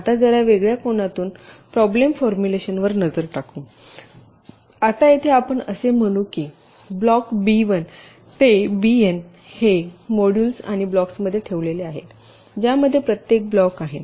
आता जरा वेगळ्या कोनातून प्रॉब्लेम फॉर्म्युलेशन वर नजर टाकू आता येथे आपण असे म्हणू की हे ब्लॉक बी 1 ते बीएन ते मोड्यूल्स किंवा ब्लॉक्समध्ये ठेवलेले आहेत ज्यामध्ये प्रत्येक ब्लॉक आहे